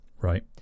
Right